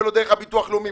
ולא דרך הביטוח הלאומי.